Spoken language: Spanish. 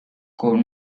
con